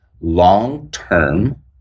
long-term